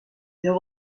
there